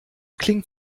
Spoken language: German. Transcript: klingt